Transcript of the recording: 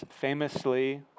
famously